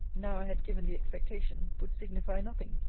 now i had given the expectation, would signify nothing.